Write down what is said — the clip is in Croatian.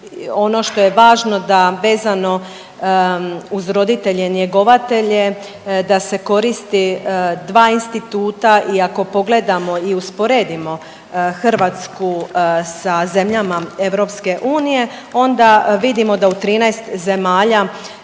ono što je važno da vezano uz roditelje njegovatelje da se koristi dva instituta i ako pogledamo i usporedimo Hrvatsku sa zemljama EU onda vidimo da u 13 zemalja